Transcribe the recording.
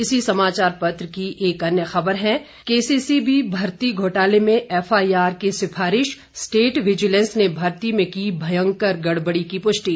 इसी समाचार पत्र की एक अन्य खबर है के सी सी बी भर्ती घोटाले में एफ आई आर की सिफारिश स्टेट विजिलेंस ने भर्ती में की भयंकर गड़बड़ी की पुष्टि